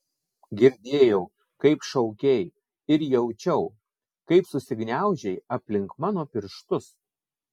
girdėjau kaip šaukei ir jaučiau kaip susigniaužei aplink mano pirštus